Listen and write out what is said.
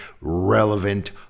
relevant